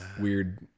weird